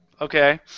Okay